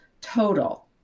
Total